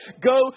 Go